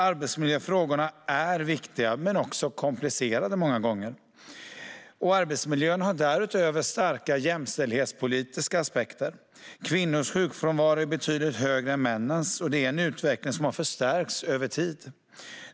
Arbetsmiljöfrågorna är viktiga men också komplicerade många gånger. Arbetsmiljön har därutöver starka jämställdhetspolitiska aspekter. Kvinnors sjukfrånvaro är betydligt högre än männens, och det är en utveckling som har förstärkts över tid.